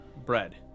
Bread